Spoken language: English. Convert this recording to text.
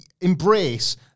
embrace